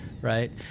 right